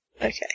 Okay